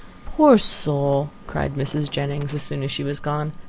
poor soul! cried mrs. jennings, as soon as she was gone,